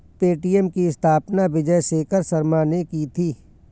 Paytm की स्थापना विजय शेखर शर्मा ने की थी